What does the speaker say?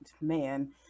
man